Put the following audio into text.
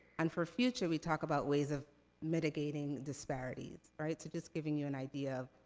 and for future, we talk about ways of mitigating disparities, right? so, just giving you an idea of,